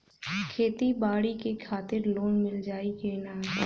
खेती बाडी के खातिर लोन मिल जाई किना?